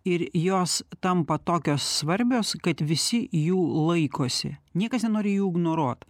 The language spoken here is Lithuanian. ir jos tampa tokios svarbios kad visi jų laikosi niekas nenori jų ignoruot